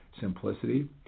simplicity